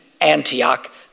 Antioch